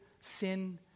sin